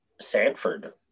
Sanford